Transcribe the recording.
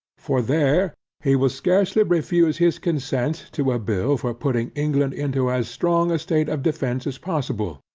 for there he will scarcely refuse his consent to a bill for putting england into as strong a state of defence as possible,